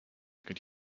could